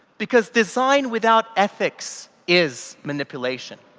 because design without ethics is manipulation.